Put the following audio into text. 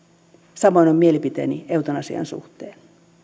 samoin on mielipiteeni eutanasian suhteen